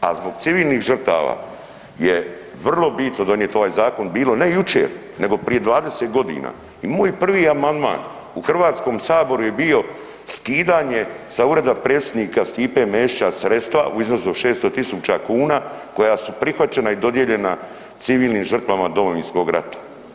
A zbog civilnih žrtava je vrlo bitno donijet ovaj zakon bilo ne jučer nego prije 20.g. i moj prvi amandman u HS je bio skidanje sa ureda predsjednika Stipe Mešića sredstva u iznosu od 600.000 kuna koja su prihvaćena i dodijeljena civilnim žrtvama Domovinskog rata.